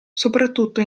soprattutto